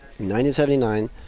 1979